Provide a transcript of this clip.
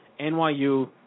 NYU